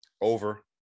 Over